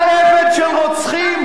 אתה שפוט של אסד האב ואסד הבן.